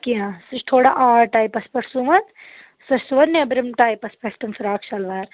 کینٛہہ سُہ چھِ تھوڑا آڈ ٹایپَس پٮ۪ٹھ سُوان سۄ چھِ سُوان نٮ۪برِم ٹایپَس پٮ۪ٹھ تِم فراک شلوار